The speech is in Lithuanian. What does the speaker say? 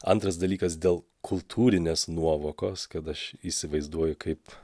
antras dalykas dėl kultūrinės nuovokos kad aš įsivaizduoju kaip